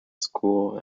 school